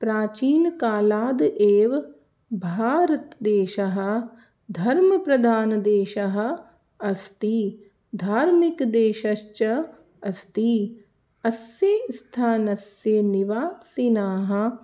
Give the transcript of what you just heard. प्राचीनकालादेव भारतदेशः धर्मप्रधान देशः अस्ति धार्मिकदेशश्च अस्ति अस्य स्थानस्य निवासिनः